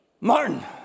Martin